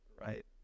Right